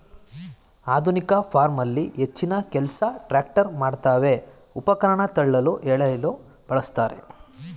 ಆಧುನಿಕ ಫಾರ್ಮಲ್ಲಿ ಹೆಚ್ಚಿನಕೆಲ್ಸ ಟ್ರ್ಯಾಕ್ಟರ್ ಮಾಡ್ತವೆ ಉಪಕರಣ ತಳ್ಳಲು ಎಳೆಯಲು ಬಳುಸ್ತಾರೆ